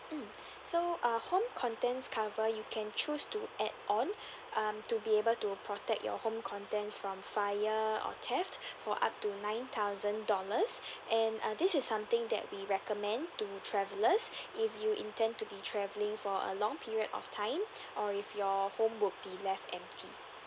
mm so err home contents cover you can choose to add on um to be able to protect your home contents from fire or theft for up to nine thousand dollars and uh this is something that we recommend to travellers if you intend to be travelling for a long period of time or if your home would be left empty